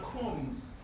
comes